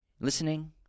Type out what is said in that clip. listening